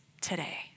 today